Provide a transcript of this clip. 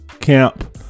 camp